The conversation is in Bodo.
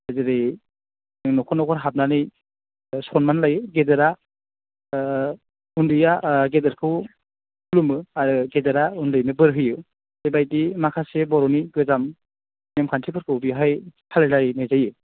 जेरै नख'र नख'र हाबनानै सन्मान लायो गेदेरा उन्दैआ गेदेरखौ खुलुमो आरो गेदेरा उन्दैनो बोर होयो बेबायदि माखासे बर'नि गोजाम नेमखान्थिफोरखौ बेहाय फालिनाय जायो